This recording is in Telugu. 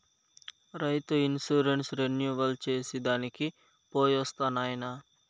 రైతు ఇన్సూరెన్స్ రెన్యువల్ చేసి దానికి పోయొస్తా నాయనా